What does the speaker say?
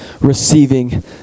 Receiving